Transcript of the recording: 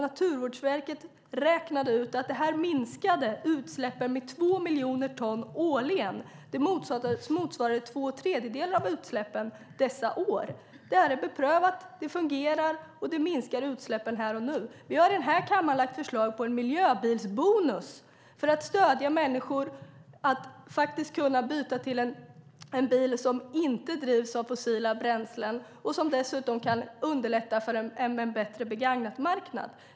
Naturvårdsverket räknade ut att det minskade utsläppen med två miljoner ton årligen. Det motsvarade två tredjedelar av utsläppen dessa år. Det är beprövat, det fungerar, och det minskar utsläppen här och nu. Vi har i den här kammaren lagt fram förslag om en miljöbilsbonus för att stödja människor att kunna byta till en bil som inte drivs av fossila bränslen och som dessutom kan underlätta för en bättre begagnatmarknad.